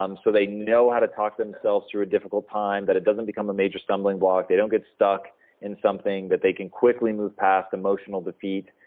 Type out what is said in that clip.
um so they know how to talk themselves through a difficult time, that it doesn't become a major stumbling block. they don't get stuck in something, that they can quickly move past emotional defeat.